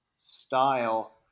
style